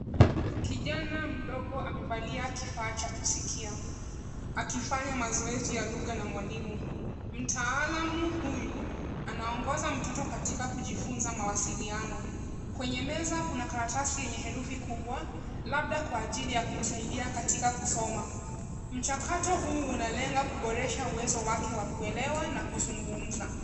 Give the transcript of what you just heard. Kijana mdogo amevalia kifaa cha kusikia, akifanya mazoezi ya lugha na mwalimu. Mtaalamu huyu anaongoza mtoto katika kujifunza mawasiliano. Kwenye meza kuna karatasi yenye herufi kubwa, labda kwa ajili ya kumsaidia katika kusoma. Mchakato huu unalenga kuboresha uwezo wake wa kuelewa na kuzungumza.